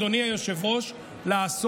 אדוני היושב-ראש.